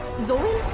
zorin,